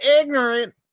ignorant